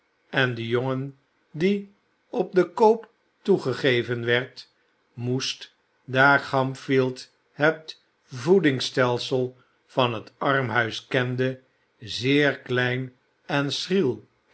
en de jongen die op den koop toegegeven werd moest daar oamfield het voeding stelsel van het armhuis kende zeer klein en schriel